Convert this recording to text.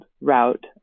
route